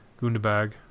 Gundabag